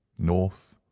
north,